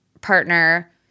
partner